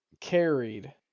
carried